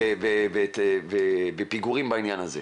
אם יש לך מקרה כזה תבוא ותאמר לי,